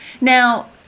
now